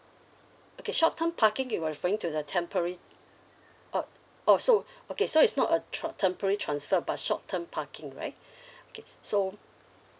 okay short term parking you were referring to the temporary uh oh so okay so it's not a tran~ temporary transfer but short term parking right okay so